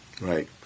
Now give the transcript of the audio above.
Right